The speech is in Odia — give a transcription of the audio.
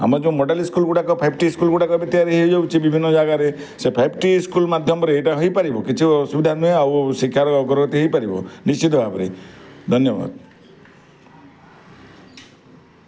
ଆମେ ଯେଉଁ ମଡ଼େଲ୍ ସ୍କୁଲ୍ ଗୁଡ଼ାକ ଫାଇଭ୍ ଟି ସ୍କୁଲ୍ ଗୁଡ଼ାକ ଏବେ ତିଆରି ହେଇଯାଉଛି ବିଭିନ୍ନ ଜାଗାରେ ସେ ଫାଇଭ୍ ଟି ସ୍କୁଲ୍ ମାଧ୍ୟମରେ ଏଇଟା ହେଇପାରିବ କିଛି ଅସୁବିଧା ନୁହେଁ ଆଉ ଶିକ୍ଷାର ଅଗ୍ରଗତି ହେଇପାରିବ ନିଶ୍ଚିତ ଭାବରେ ଧନ୍ୟବାଦ